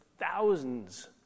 thousands